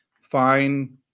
fine